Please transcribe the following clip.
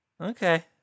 Okay